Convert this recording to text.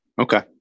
Okay